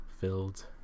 filled